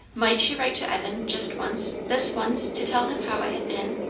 might she write to evan, just once, this once, to tell him how it had been?